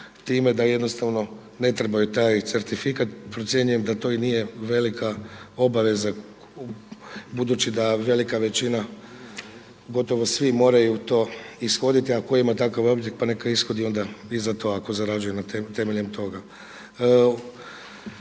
time da jednostavno ne trebaju taj certifikat. Procjenjujem da to i nije velika obaveza budući da velika većina gotovo svi moraju to ishoditi. A tko ima takav objekt pa neka ishodi onda i za to ako zarađuje na temelju toga.